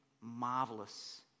marvelous